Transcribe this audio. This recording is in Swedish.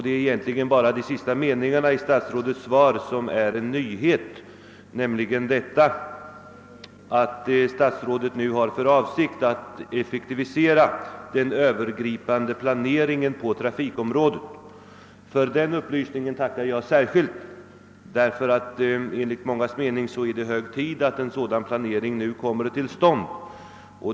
Det är egentligen bara de sista meningarna i svaret som innebär en nyhet, nämligen att statsrådet nu har för avsikt att effektivisera den övergripande planeringen på trafikområdet. För den upplysningen tackar jag särskilt; det är enligt mångas mening hög tid att en sådan planering kommer till stånd.